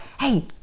hey